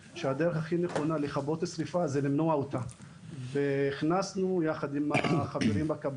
כדי לזהות את הדברים שכבר דיברתם עליהם יחד עם רמ"י.